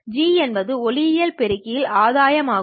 G என்பது ஒளியியல் பெருக்கியின் ஆதாயம் ஆகும்